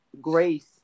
Grace